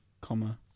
comma